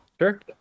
Sure